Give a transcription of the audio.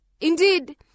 Indeed